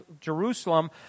Jerusalem